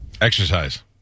Exercise